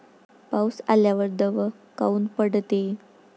पाऊस आल्यावर दव काऊन पडते?